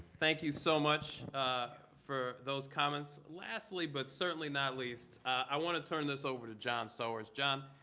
thank you so much for those comments. lastly, but certainly not least, i want to turn this over to john sowers. john,